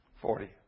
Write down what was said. Forty